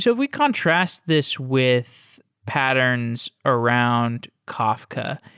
so we contrast this with patterns around kafka,